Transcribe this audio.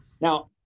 Now